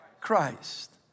Christ